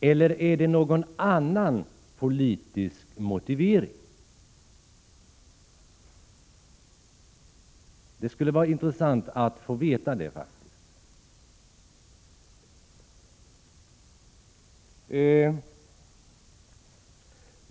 Eller finns det någon annan politisk motivering? Det skulle faktiskt vara intressant att få veta detta.